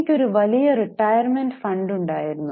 കമ്പനിക്ക് ഒരു വലിയ റിട്ടയർമെന്റ് ഫണ്ട് ഉണ്ടായിരുന്നു